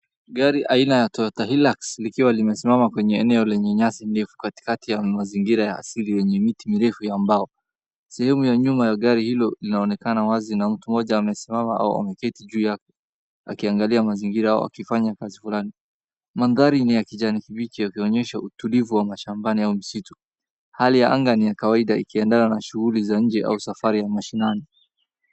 Gari aina ya Toyota Hilux, likiwa limesimama kwenye eneo lenye nyasi ndefu katikati ya mazingira ya asili yenye miti mirefu ya mbao. Sehemu ya nyuma ya gari hilo linaonekana wazi na mtu mmoja amesima au ameketi juu yake ,akiangalia mazingira au akifanya kazi fulani. Mandhari ni ya kijani kibichi yakionyesha utulivu wa mashambani au msitu. Hali ya anga ni ya kawaida ikiendana na shughuli ya nje au safari ya mashinani.